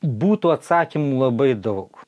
būtų atsakymų labai daug